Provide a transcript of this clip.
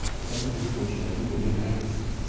the government was approached by a group of young activists,